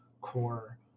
core